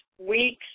weeks